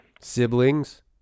Siblings